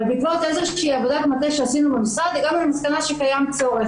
אבל בעקבות איזו שהיא עבודת מטה שעשינו במשרד הגענו למסקנה שקיים צורך.